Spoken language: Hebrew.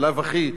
בלאו הכי,